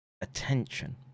attention